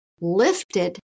lifted